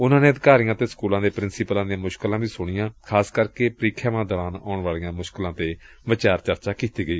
ਉਨੂਾ ਨੇ ਅਧਿਕਾਰੀਆਂ ਅਤੇ ਸਕੁਲਾਂ ਦੇ ਪ੍ਰਿੰਸੀਪਲਾਂ ਦੀਆਂ ਮੁਸ਼ਕਲਾਂ ਵੀ ਸੁਣੀਆਂ ਖ਼ਾਸ ਕਰਕੇ ਪ੍ਰੀਖਿਆਵਾਂ ਦੌਰਾਨ ਆਉਣ ਵਾਲੀਆਂ ਮੁਸ਼ਕਲਾਂ ਤੇ ਵਿਚਾਰ ਚਰਚਾ ਕੀਤੀ ਗਈ